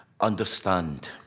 understand